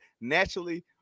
naturally